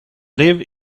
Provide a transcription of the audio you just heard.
live